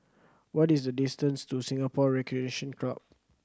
what is the distance to Singapore Recreation Club